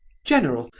general,